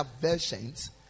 versions